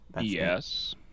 Yes